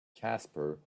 casper